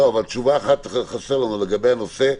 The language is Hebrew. תשובה אחת חסר לנו לגבי הנושא.